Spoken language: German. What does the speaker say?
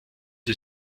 die